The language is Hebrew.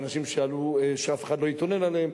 באנשים שאף אחד לא התלונן עליהם,